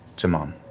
j'mon,